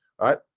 right